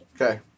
Okay